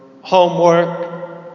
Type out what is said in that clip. homework